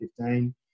2015